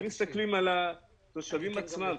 אם מסתכלים על התושבים עצמם,